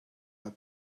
have